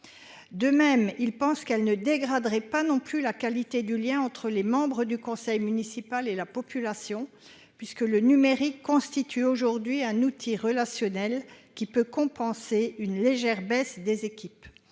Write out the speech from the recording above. cette mesure ne dégraderait pas non plus la qualité du lien entre les membres du conseil municipal et la population : le numérique constitue aujourd'hui un outil relationnel à même de compenser une légère réduction des équipes.